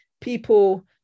people